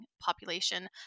population